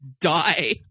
die